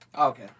Okay